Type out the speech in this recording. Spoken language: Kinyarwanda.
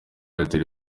airtel